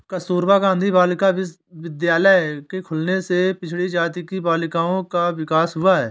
कस्तूरबा गाँधी बालिका विद्यालय के खुलने से पिछड़ी जाति की बालिकाओं का विकास हुआ है